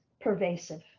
pervasive